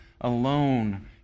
alone